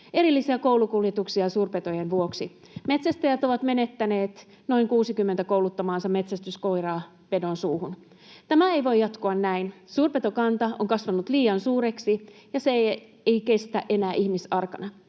erillisiä koulukuljetuksia suurpetojen vuoksi. Metsästäjät ovat menettäneet noin 60 kouluttamaansa metsästyskoiraa pedon suuhun. Tämä ei voi jatkua näin. Suurpetokanta on kasvanut liian suureksi, ja se ei kestä enää ihmisarkana.